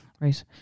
Right